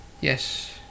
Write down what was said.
Yes